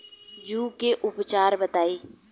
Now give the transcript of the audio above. जूं के उपचार बताई?